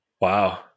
Wow